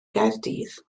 gaerdydd